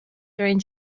during